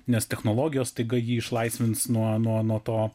nes technologijos staiga jį išlaisvins nuo nuo to